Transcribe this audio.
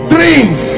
Dreams